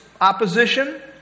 opposition